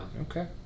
Okay